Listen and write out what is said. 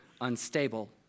unstable